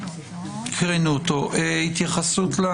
התייחסות.